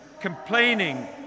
Complaining